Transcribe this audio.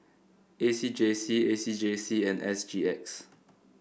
A C J C A C J C and S G X